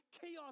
chaos